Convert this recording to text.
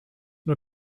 nur